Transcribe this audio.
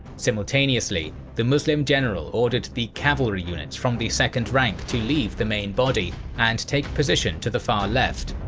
simultaneously, the muslim general ordered the cavalry units from the second rank to leave the main body and take position to the far left.